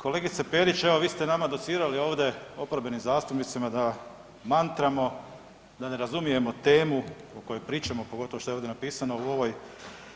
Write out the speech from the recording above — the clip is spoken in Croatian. Kolegice Perić, evo vi ste nama docirali ovdje oporbenim zastupnicima da mantramo, da ne razumijemo temu o kojoj pričamo, pogotovo što je ovdje napisano u ovoj